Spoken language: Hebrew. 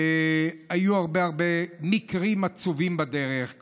היו הרבה הרבה מקרים עצובים בדרך,